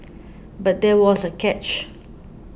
but there was a catch